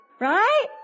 Right